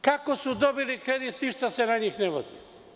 Kako su dobili kredit ti što se na njih ne vodi?